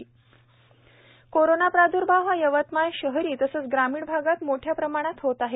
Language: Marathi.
जाणीव जागृती कोरोनाचा प्रादुर्भाव हा यवतमाळ शहरी तसेच ग्रामीण भागात मोठ्या प्रमाणात होत आहे